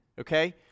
okay